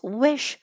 wish